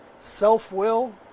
self-will